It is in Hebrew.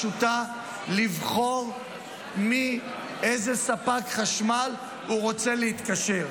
לבחור לאיזה ספק חשמל הוא רוצה להתקשר.